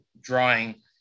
drawing